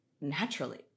naturally